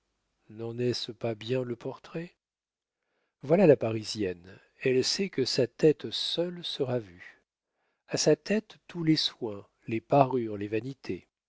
n'en est-ce pas bien le portrait voilà la parisienne elle sait que sa tête seule sera vue à sa tête tous les soins les parures les vanités